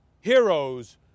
Heroes